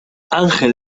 anjel